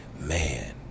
Man